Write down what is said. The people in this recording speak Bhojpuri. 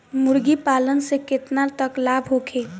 मुर्गी पालन से केतना तक लाभ होखे?